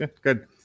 Good